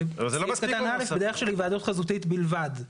בסעיף קטן (א), בדרך של היוועדות חזותית בלבד.